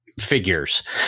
figures